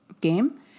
game